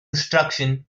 destruction